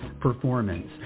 performance